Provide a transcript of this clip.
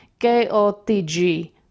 KOTG